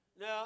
Now